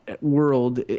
world